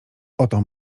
oto